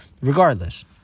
regardless